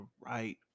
right